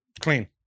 clean